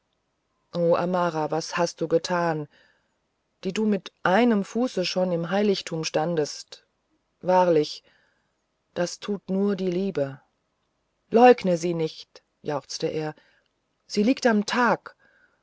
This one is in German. amara was hast du getan die du mit einem fuße schon im heiligtum standest wahrlich das tut nur die liebe leugne sie nicht jauchzte er sie liegt am tag